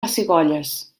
pessigolles